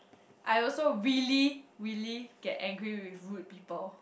I also really really get angry with rude people